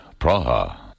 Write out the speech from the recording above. Praha